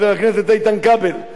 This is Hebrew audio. היא לא אוספת את הנתונים.